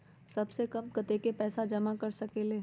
सबसे कम कतेक पैसा जमा कर सकेल?